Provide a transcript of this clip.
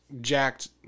jacked